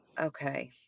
okay